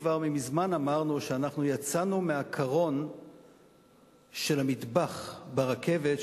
כבר מזמן אמרנו שיצאנו מהקרון של המטבח ברכבת,